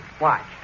Watch